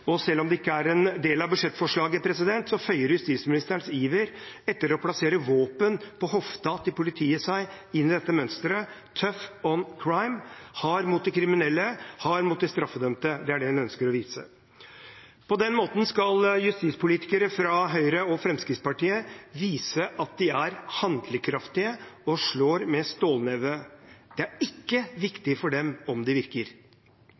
og selv om det ikke er en del av budsjettforslaget, føyer justisministerens iver etter å plassere våpen på hofta til politiet seg inn i dette mønsteret: «tough on crime», hard mot de kriminelle, hard mot de straffedømte. Det er det en ønsker å vise. På den måten skal justispolitikere fra Høyre og Fremskrittspartiet vise at de er handlekraftige og slår med stålneve. Det er ikke viktig for dem om det virker.